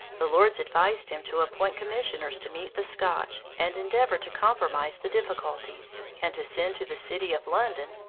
the lords advised him to appoint commissioners to meet the scotch, and endeavor to compromise the difficulties and to send to the city of london,